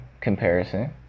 comparison